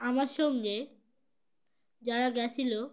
আমার সঙ্গে যারা গেছিল